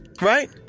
right